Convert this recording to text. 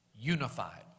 unified